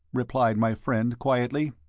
replied my friend, quietly.